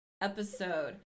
episode